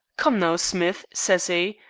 come now, smith says e,